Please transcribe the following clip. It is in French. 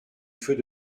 feux